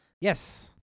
Yes